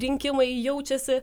rinkimai jaučiasi